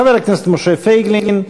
חבר הכנסת משה פייגלין,